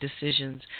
decisions